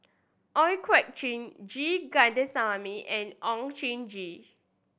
Ooi Kok Chuen G Kandasamy and Oon Jin Gee